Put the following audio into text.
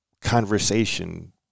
conversation